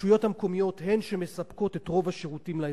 הרשויות המקומיות הן שמספקות את רוב השירותים לאזרחים.